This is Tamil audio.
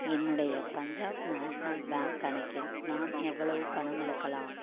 என்னுடைய பஞ்சாப் நேஷனல் பேங்க் கணக்கில் நான் எவ்வளவு பணம் எடுக்கலாம்